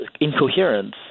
incoherence